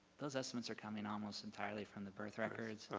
those estimates are coming almost entirely from the birth records.